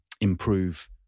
improve